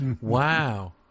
wow